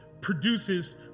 produces